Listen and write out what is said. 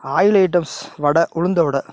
oil items vada உளுந்த வடை